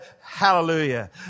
hallelujah